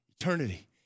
eternity